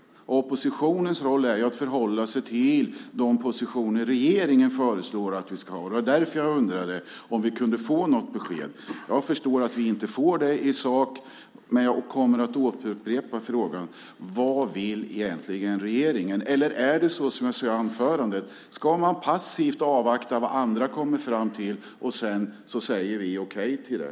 Oppositionens roll är att förhålla sig till de positioner regeringen föreslår. Det var därför jag undrade om vi kunde få något besked. Jag förstår nu att vi inte får det, men jag kommer att återupprepa frågan: Vad vill egentligen regeringen? Eller är det så som jag sade i mitt anförande, att man passivt ska avvakta vad andra kommer fram till och sedan säga okej till det?